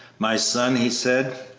my son, he said,